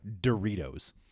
doritos